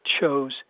chose